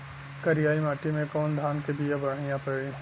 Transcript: करियाई माटी मे कवन धान के बिया बढ़ियां पड़ी?